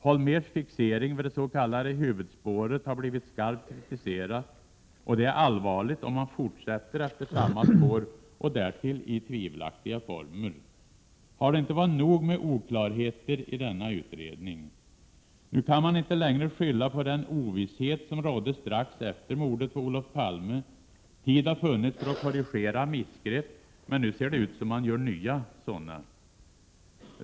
Holmérs fixering vid det s.k. huvudspåret har blivit skarpt kritiserad. Det är allvarligt om man fortsätter efter samma spår och därtill i tvivelaktiga former. Har det inte varit nog med oklarheter i denna utredning? Nu kan man inte längre skylla på den ovisshet som rådde strax efter mordet på Olof Palme. Tid har funnits för att korrigera missgrepp, men nu ser det ut som om man gör nya sådana.